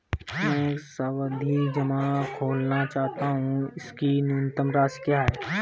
मैं एक सावधि जमा खोलना चाहता हूं इसकी न्यूनतम राशि क्या है?